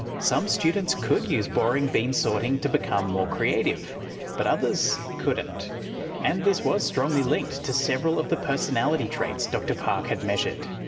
some students could use boring bean sorting to become more creative but others couldn't and this was strongly linked to several of the personality traits dr park had measured.